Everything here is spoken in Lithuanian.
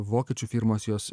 vokiečių firmos jos